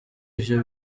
ivyo